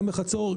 בחצור,